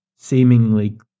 seemingly